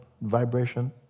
vibration